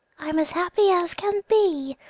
i'm as happy as can be!